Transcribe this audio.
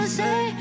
say